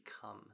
become